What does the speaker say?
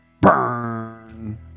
Burn